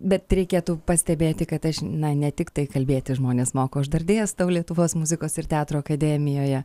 bet reikėtų pastebėti kad aš na ne tiktai kalbėti žmones mokau aš dar dėstau lietuvos muzikos ir teatro akademijoje